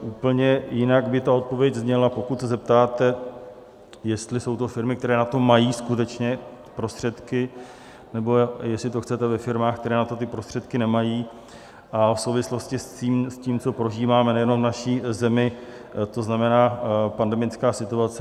Úplně jinak by ta odpověď zněla, pokud se zeptáte, jestli jsou to firmy, které na to mají skutečně prostředky, nebo jestli to chcete ve firmách, které na to ty prostředky nemají v souvislosti s tím, co prožíváme nejenom v naší zemi, to znamená pandemická situace.